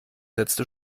letzte